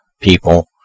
people